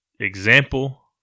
example